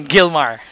Gilmar